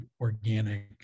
organic